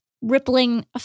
Rippling